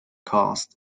cost